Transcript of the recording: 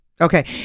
Okay